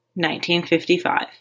1955